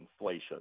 inflation